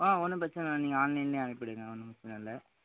ஆ ஒன்றும் பிரச்சனை இல்லை நீங்கள் ஆன்லைன்லேயே அனுப்பிவிடுங்க ஒன்றும் பிரச்சன இல்லை